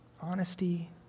honesty